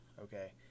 Okay